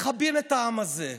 מכבים את העם הזה.